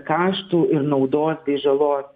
kaštų ir naudos bei žalos